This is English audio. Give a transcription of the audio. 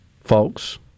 folks